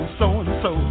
so-and-so